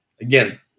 Again